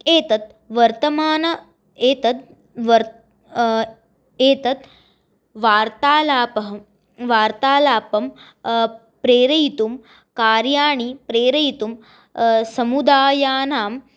एतत् वर्तमानम् एतत् वर् एतत् वार्तालापः वार्तालापं प्रेरयितुं कार्याणि प्रेरयितुं समुदायानां